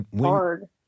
hard